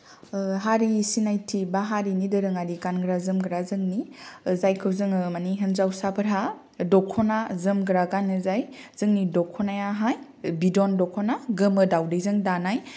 हारि सिनायथि बा हारिनि दोरोङारि गानग्रा जोमग्रा जोंनि जायखौ जोङो मानि हिनजावसाफोरहा दख'ना जोमग्रा गानो जाय जोंनि दख'नायाहाय बिद'न दख'ना गोमो दवदैजों दानाय